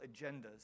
agendas